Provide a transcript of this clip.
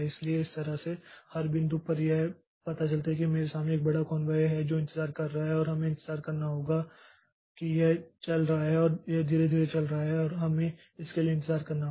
इसलिए इस तरह से हर बिंदु पर यह पता चलता है कि मेरे सामने एक बड़ा कॉन्वाय है जो इंतजार कर रहा है और हमें इंतजार करना होगा कि यह चल रहा है और यह धीरे धीरे चल रहा है और हमें इसके लिए इंतजार करना होगा